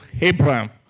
Abraham